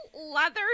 leather